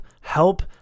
help